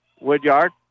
Woodyard